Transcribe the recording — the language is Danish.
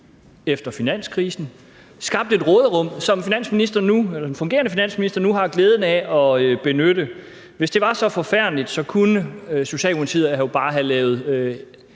efter finanskrisen og fik skabt et råderum, som den fungerende finansminister nu har glæden af at benytte. Hvis det var så forfærdeligt, kunne Socialdemokratiet jo bare have lavet